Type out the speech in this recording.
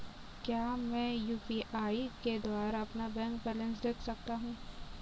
क्या मैं यू.पी.आई के द्वारा अपना बैंक बैलेंस देख सकता हूँ?